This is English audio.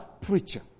preacher